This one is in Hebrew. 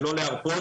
ולא להרפות,